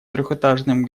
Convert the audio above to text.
трехэтажным